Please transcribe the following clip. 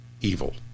evil